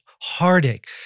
heartache